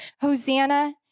Hosanna